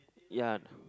ya